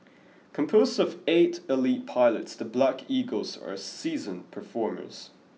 composed of eight elite pilots the Black Eagles are seasoned performers